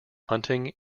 hunting